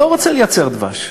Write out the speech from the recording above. הוא לא רוצה לייצר דבש,